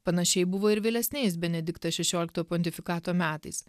panašiai buvo ir vėlesniais benedikto šešioliktojo pontifikato metais